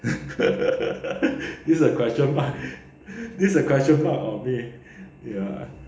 this a question mark this a question mark on me ya